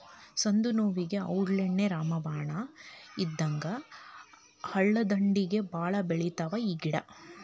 ಸಂದನೋವುಗೆ ಔಡ್ಲೇಣ್ಣಿ ರಾಮಬಾಣ ಇದ್ದಂಗ ಹಳ್ಳದಂಡ್ಡಿಗೆ ಬಾಳ ಬೆಳಿತಾವ ಈ ಗಿಡಾ